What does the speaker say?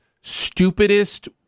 stupidest